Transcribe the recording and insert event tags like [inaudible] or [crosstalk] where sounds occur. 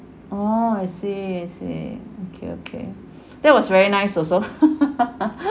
oh I see I see okay okay that was very nice also [laughs]